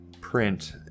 print